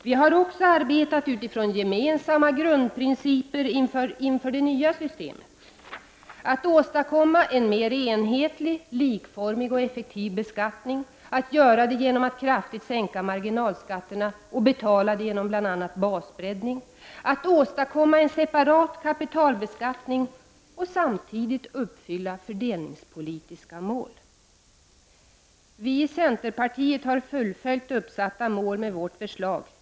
Vi har också arbetat utifrån gemensamma grundprinciper inför det nya systemet att åstadkomma en mer enhetlig, likformig och effektiv beskattning, att göra det genom att kraftigt sänka marginalskatterna och betala det genom bl.a. basbreddning, att åstadkomma en separat kapitalbeskattning och samtidigt uppfylla fördelningspolitiska mål. Vi i centerpartiet har fullföljt uppsatta mål med vårt förslag.